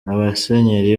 abasenyeri